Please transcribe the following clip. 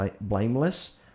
blameless